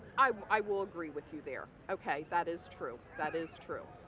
i will agree with you there okay that is true that is true